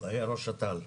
היה ראש אט"ל,